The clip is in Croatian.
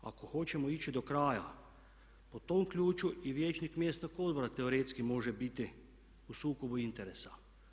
Ako hoćemo ići do kraja po tom ključu i vijećnik mjesnog odbora teoretski može biti u sukobu interesa.